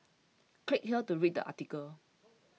click here to read the article